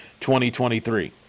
2023